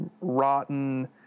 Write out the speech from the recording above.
rotten